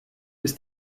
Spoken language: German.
ist